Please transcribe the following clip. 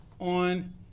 on